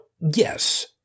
yes